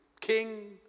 king